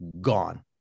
gone